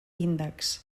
índex